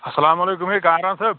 السَلامُ علیکُم ہے کامران صٲب